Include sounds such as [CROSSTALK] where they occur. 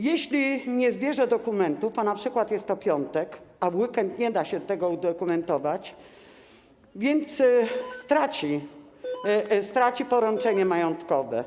Jeśli nie zbierze dokumentów, a np. jest piątek i w weekend nie da się tego udokumentować, to [NOISE] straci poręczenie majątkowe.